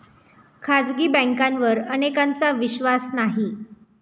खाजगी बँकांवर अनेकांचा विश्वास नाही